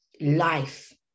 life